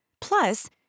Plus